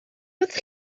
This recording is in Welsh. oedd